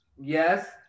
Yes